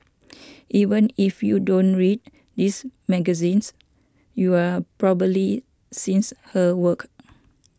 even if you don't read this magazines you are probably seems her work